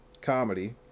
Comedy